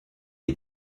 est